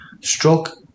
Stroke